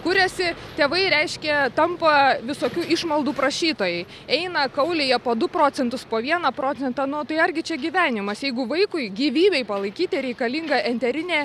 kuriasi tėvai reiškia tampa visokių išmaldų prašytojai eina kaulija po du procentus po vieną procentą nu tai argi čia gyvenimas jeigu vaikui gyvybei palaikyti reikalinga enterinė